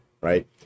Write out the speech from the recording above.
right